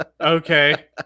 Okay